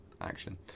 action